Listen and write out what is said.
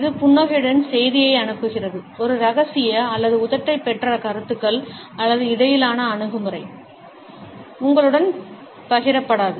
இது புன்னகையுடன் செய்தியை அனுப்புகிறது ஒரு ரகசிய அல்லது உதட்டைப் பெற்ற கருத்துக்கள் அல்லது இடையிலான அணுகுமுறை குறிப்பு நேரம் 1930 உங்களுடன் பகிரப்படாது